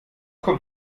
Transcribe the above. kommt